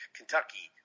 Kentucky